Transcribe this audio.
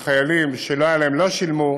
וחיילים שלא היה להם, לא שילמו,